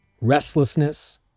restlessness